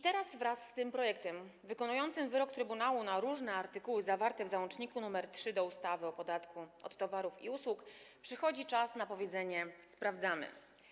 Teraz wraz z tym projektem wykonującym wyrok Trybunału, jeżeli chodzi o różne artykuły zawarte w załączniku nr 3 do ustawy o podatku od towarów i usług, przychodzi czas na powiedzenie: sprawdzamy.